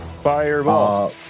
Fireball